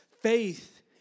Faith